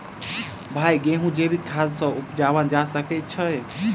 भाई गेंहूँ जैविक खाद सँ उपजाल जा सकै छैय?